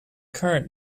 current